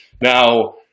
Now